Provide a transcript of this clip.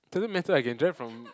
doesn't matter I can drive from